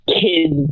kids